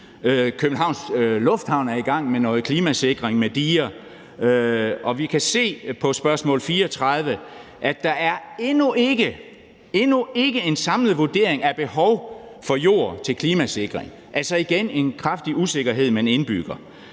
Københavns Lufthavn er i gang med. Vi kan se på svaret på spørgsmål 34, at der endnu ikke – endnu ikke – er en samlet vurdering af behovet for jord til klimasikring. Det er altså igen en kraftig usikkerhed, man indbygger.